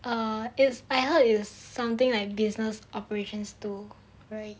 err it's I heard is something like business operations two right